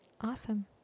Awesome